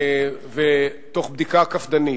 תוך בדיקה קפדנית.